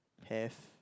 have